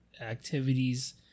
activities